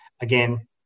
again